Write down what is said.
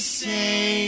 say